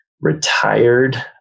retired